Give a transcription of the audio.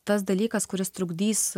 tas dalykas kuris trukdys